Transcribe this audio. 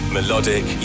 Melodic